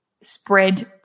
spread